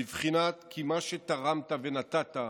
בבחינת כי מה שתרמת ונתת,